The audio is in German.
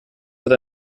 wird